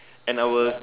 and our